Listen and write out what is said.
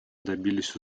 добились